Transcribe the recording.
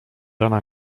rana